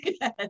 Yes